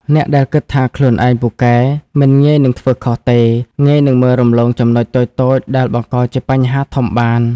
អ្នកដែលគិតថាខ្លួនឯងពូកែ មិនងាយនឹងធ្វើខុសទេ ងាយនឹងមើលរំលងចំណុចតូចៗដែលបង្កជាបញ្ហាធំបាន។